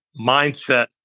mindset